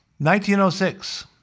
1906